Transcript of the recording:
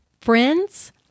friends